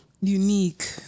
unique